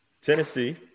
Tennessee